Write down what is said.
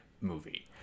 movie